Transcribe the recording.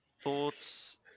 Thoughts